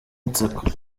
inseko